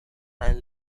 and